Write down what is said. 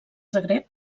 zagreb